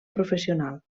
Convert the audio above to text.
professional